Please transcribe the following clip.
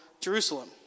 Jerusalem